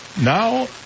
now